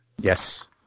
Yes